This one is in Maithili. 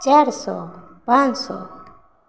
चारि सओ पाँच सओ